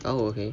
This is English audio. oh okay